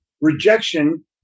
Rejection